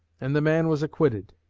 and the man was acquitted.